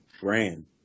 Brand